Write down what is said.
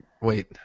wait